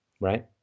right